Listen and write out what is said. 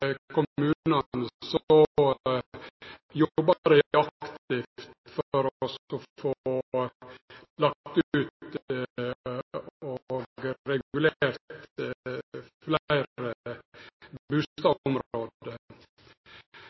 Så langt som eg kjenner til kommunane, jobbar dei aktivt for å få lagt ut og regulert